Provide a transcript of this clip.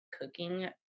cooking